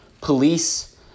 police